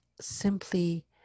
simply